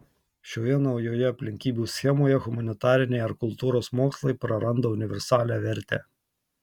šioje naujoje aplinkybių schemoje humanitariniai ar kultūros mokslai praranda universalią vertę